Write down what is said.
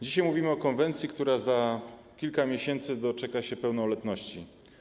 Dzisiaj mówimy o konwencji, która za kilka miesięcy doczeka się pełnoletności.